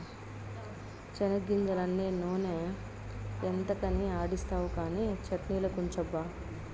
చెనిగ్గింజలన్నీ నూనె ఎంతకని ఆడిస్తావు కానీ చట్ట్నిలకుంచబ్బా